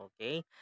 Okay